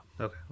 Okay